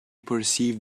perceived